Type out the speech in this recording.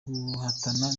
guhatana